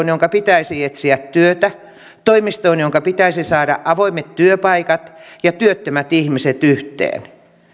jonka pitäisi etsiä työtä toimistoon jonka pitäisi saada avoimet työpaikat ja työttömät ihmiset yhteen